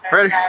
Ready